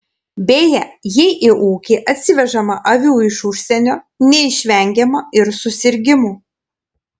beje jei į ūkį atsivežama avių iš užsienio neišvengiama ir susirgimų